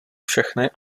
všechny